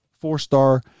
four-star